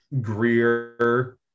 Greer